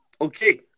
okay